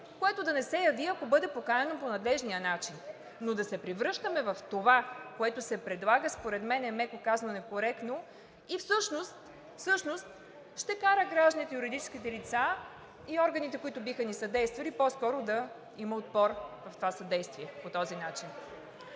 което да не се яви, ако бъде поканено по надлежния начин, но да се превръщаме в това, което се предлага, според мен е, меко казано, некоректно и всъщност ще кара гражданите и юридическите лица, и органите, които биха ни съдействали, по този начин по-скоро да има отпор в това съдействие.